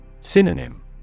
Synonym